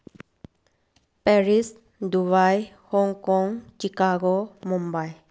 Paris Dubai Hong Kong Chicago Mumbai